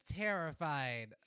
terrified